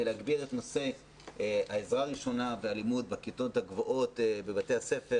וזה להגביר את נושא העזרה הראשונה והלימוד בכיתות הגבוהות בבתי הספר